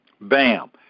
Bam